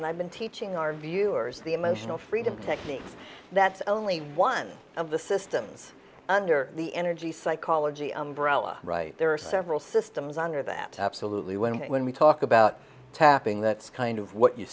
and i've been teaching our viewers the emotional freedom technique that's only one of the systems under the energy psychology umbrella there are several systems under that absolutely when when we talk about tapping that's kind of what you